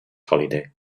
holiday